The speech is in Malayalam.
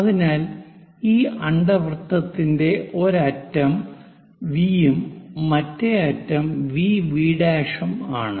അതിനാൽ ഈ അണ്ഡവൃത്തത്തിന്റെ ഒരു അറ്റം വി യും മറ്റേ അറ്റം വിവി VV' ഉം ആണ്